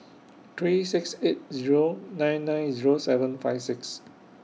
three six eight Zero nine nine Zero seven five six